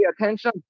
attention